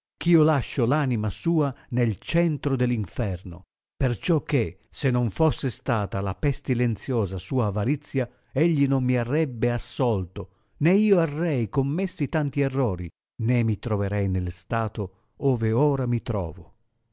io lascio l anima sua nel centro dell inferno perciò che se non fosse stata la pestilenziosa sua avarizia egli non mi arrebbe assolto né io arrei commessi tanti errori né mi troverei nel staio ove ora mi trovo